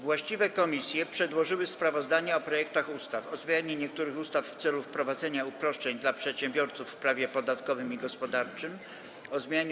Właściwe komisje przedłożyły sprawozdania o projektach ustaw: - o zmianie niektórych ustaw w celu wprowadzenia uproszczeń dla przedsiębiorców w prawie podatkowym i gospodarczym, - o zmianie